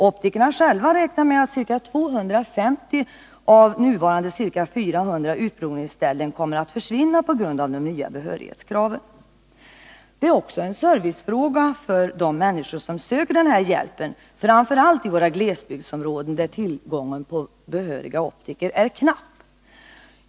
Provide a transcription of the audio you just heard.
Optikerna själva räknar med att ca 250 av nuvarande ca 400 utprovningsställen kommer att försvinna på grund av de nya behörighetskraven. Det är också en servicefråga för de människor som söker denna hjälp, framför allt i våra glesbygdsområden, där tillgången på behöriga optiker är knapp.